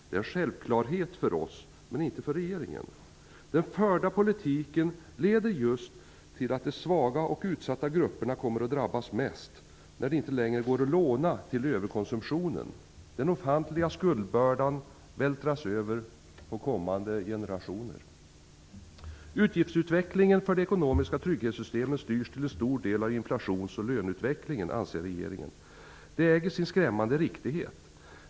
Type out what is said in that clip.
Det är en självklarhet för oss, men inte för regeringen. Den förda politiken leder till att just de svaga och utsatta grupperna kommer att drabbas mest när det inte längre går att låna till överkonsumtionen. Den ofantliga skuldbördan vältras över på kommande generationer. Utgiftsutvecklingen för de ekonomiska trygghetssystemen styrs till stor del av inflationsoch löneutvecklingen, anser regeringen. Det äger sin skrämmande riktighet.